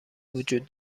وجود